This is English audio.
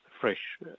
fresh